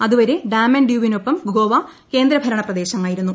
അതുവരെ ഡാമൻ ഡ്യൂവിനൊപ്പം ഗോവ ക്ട്രേന്ദ്രണ പ്രദേശമായിരുന്നു